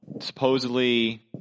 supposedly